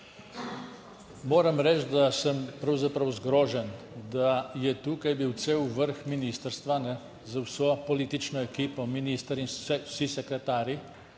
Moram reči, da sem pravzaprav zgrožen, da je tukaj bil cel vrh ministrstva z vso politično ekipo, minister in vsi sekretarji